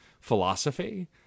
philosophy